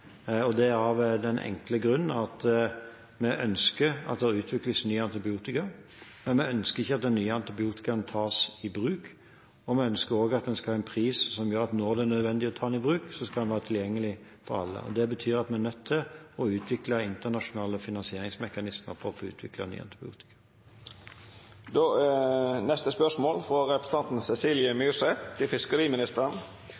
og det er av den enkle grunn at vi ønsker at det utvikles nye antibiotika, men vi ønsker ikke at nye antibiotika tas i bruk, og vi ønsker også at de skal ha en pris som gjør at når det er nødvendig å ta dem i bruk, skal de være tilgjengelige for alle. Det betyr at vi er nødt til å utvikle internasjonale finansieringsmekanismer for å få